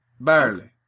barely